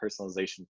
personalization